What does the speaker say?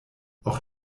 auch